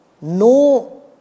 No